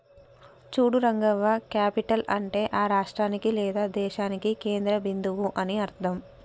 చూడు రంగవ్వ క్యాపిటల్ అంటే ఆ రాష్ట్రానికి లేదా దేశానికి కేంద్ర బిందువు అని అర్థం